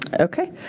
Okay